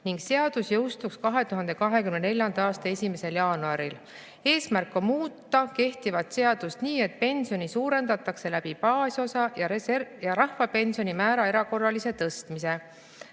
Seadus jõustuks 2024. aasta 1. jaanuaril. Eesmärk on muuta kehtivat seadust nii, et pensioni suurendatakse baasosa ja rahvapensioni määra erakorralise tõstmise